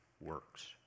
works